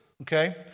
Okay